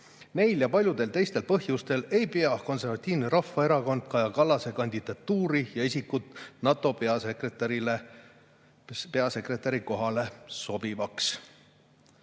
ja paljudel teistel põhjustel ei pea Konservatiivne Rahvaerakond Kaja Kallase kandidatuuri ja isikut NATO peasekretäri kohale sobivaks.